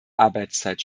arbeitszeit